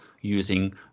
using